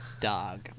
Dog